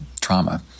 trauma